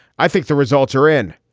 i think the results are in.